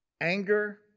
anger